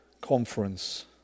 conference